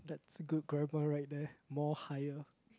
it's a good grammar right there more higher